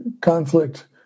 conflict